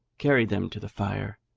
carried them to the fire,